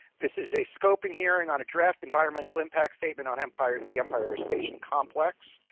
this is a scoping hearing on a draft environmental impact statement on empire. the empire station complex